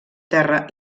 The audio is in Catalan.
terra